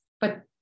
But-